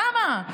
למה?